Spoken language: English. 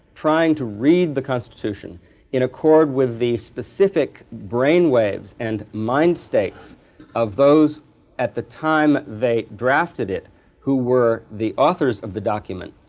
trying to read the constitution in accord with the specific brainwaves and mind states of those at the time they drafted it who were the authors of the document,